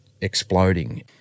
exploding